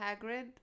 Hagrid